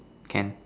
can